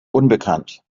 unbekannt